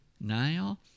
Now